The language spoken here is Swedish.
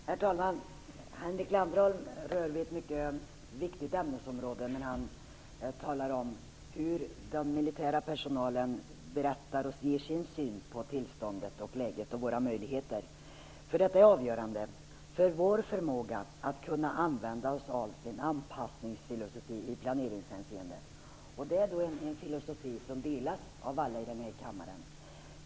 Herr talman! Henrik Landerholm berörde ett mycket viktigt arbetsområde när han talade om hur den militära personalen ger sin syn på tillståndet och läget och våra möjligheter. Detta är avgörande för vår förmåga att kunna använda oss av en anpassningsfilosofi i planeringshänseende. Denna filosofi delas av alla i denna kammare.